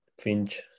Finch